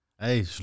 Hey